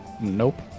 Nope